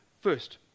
first